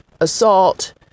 Assault